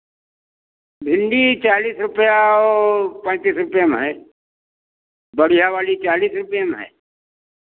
भिंडी चालीस रुपैया और पच्चीस रुपैया में है बढ़ियाँ वाली चालीस रुपये में है